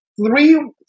three